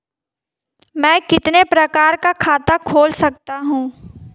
मैं कितने प्रकार का खाता खोल सकता हूँ?